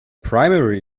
primary